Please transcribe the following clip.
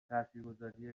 تاثیرگذاری